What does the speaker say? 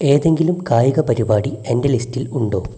ഏതെങ്കിലും കായിക പരിപാടി എൻ്റെ ലിസ്റ്റിൽ ഉണ്ടോ